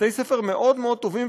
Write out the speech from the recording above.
בתי-ספר מאוד מאוד טובים,